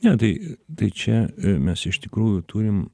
ne tai tai čia mes iš tikrųjų turim